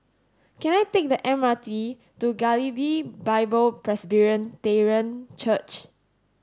can I take the M R T to Galilee Bible Presbyterian Church